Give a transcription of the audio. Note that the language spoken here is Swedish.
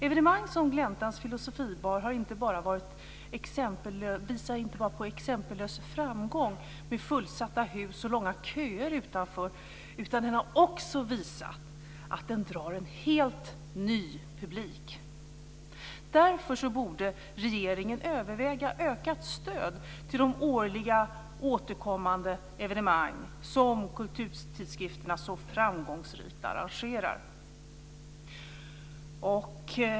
Evenemang som Gläntans filosofibar visar inte bara på exempellös framgång med fullsatta hus och långa köer utanför, utan de har också visat att de drar en helt ny publik. Därför borde regeringen överväga ökat stöd till de årliga återkommande evenemang som kulturtidskrifterna så framgångsrikt arrangerar.